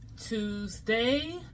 Tuesday